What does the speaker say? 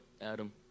Adam